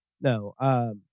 no